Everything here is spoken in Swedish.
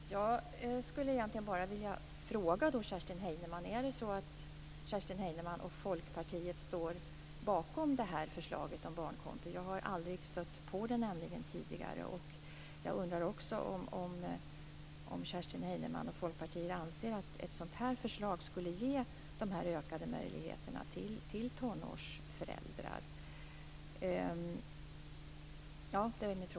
Fru talman! Jag skulle egentligen bara vilja fråga om Kerstin Heinemann och Folkpartiet står bakom förslaget om barnkonto. Jag har nämligen aldrig stött på det tidigare. Jag undrar också om Kerstin Heinemann och Folkpartiet anser att ett sådant förslag skulle ge dessa ökade möjligheter för tonårsföräldrar.